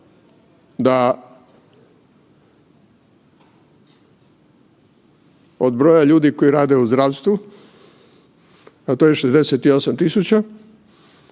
da od broja ljudi koji rade u zdravstvu, a to je 68.000,